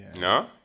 No